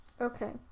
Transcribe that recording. Okay